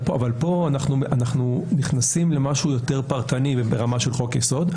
אבל פה אנחנו נכנסים למשהו יותר פרטני וברמה של חוק-יסוד,